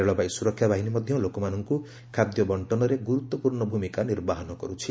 ରେଳବାଇ ସୁରକ୍ଷା ବାହିନୀ ମଧ୍ୟ ଲୋକମାନଙ୍କୁ ଖାଦ୍ୟ ବର୍ଷନରେ ଗୁରୁତ୍ୱପୂର୍ଣ୍ଣ ଭୂମିକା ନିର୍ବାହନ କରୁଛି